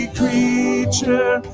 creature